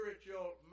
spiritual